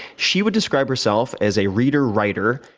she would describe herself as a reader, writer,